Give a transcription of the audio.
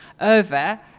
over